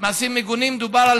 מעשים מגונים, דובר על